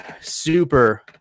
super